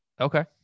okay